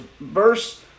Verse